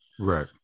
Right